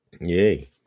yay